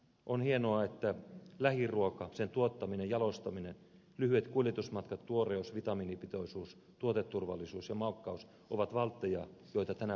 on hienoa että lähiruuan tuottaminen jalostaminen lyhyet kuljetusmatkat tuoreus vitamiinipitoisuus tuoteturvallisuus ja maukkaus ovat valtteja joita tänä päivänä korostetaan